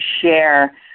share